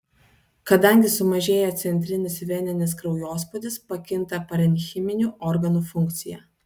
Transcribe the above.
kadangi sumažėja centrinis veninis kraujospūdis pakinta parenchiminių organų funkcija